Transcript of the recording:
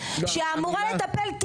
שאמורה לטפל,